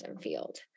field